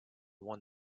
won